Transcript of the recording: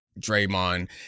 Draymond